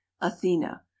athena